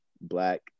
black